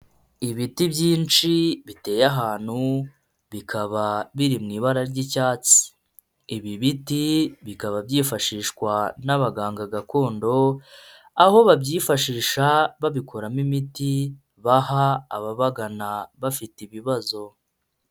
Ibiti byinshi biteye ahantu bikaba biri mu ibara ry'icyatsi, ibi biti bikaba byifashishwa n'abaganga gakondo aho babyifashisha babikoramo imiti baha ababagana bafite ibibazo.